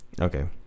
Okay